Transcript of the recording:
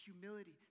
humility